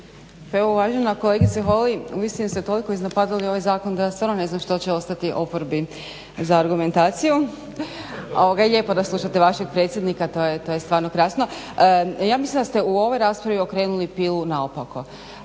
Pa uvažena kolegice Holy uistinu ste toliko iznapadali ovaj zakon da stvarno ne znam što će ostati oporbi za argumentaciju. Lijepo je da slušate vašeg predsjednika to je stvarno krasno. Ja mislim da ste u ovoj raspravi okrenuli pilu naopako.